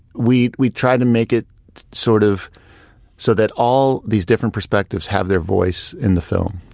we've we've tried to make it sort of so that all these different perspectives have their voice in the film